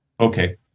Okay